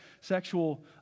sexual